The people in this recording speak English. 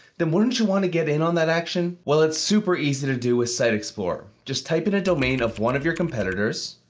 then wouldn't you want to get in on that action? well, it's super easy to do with site explorer. just type in a domain of one of your competitors.